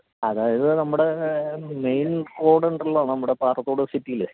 അതായത് നമ്മുടെ മെയിൻ റോഡുണ്ടല്ലോ നമ്മുടെ പാറത്തോട് സിറ്റീൽ